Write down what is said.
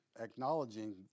acknowledging